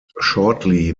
shortly